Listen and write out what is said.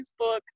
Facebook